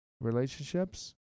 relationships